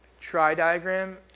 tri-diagram